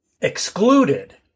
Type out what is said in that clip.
excluded